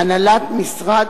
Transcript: אומר: "הנהלת משרד